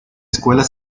escuela